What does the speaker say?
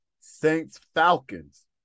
Saints-Falcons